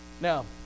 Now